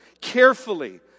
carefully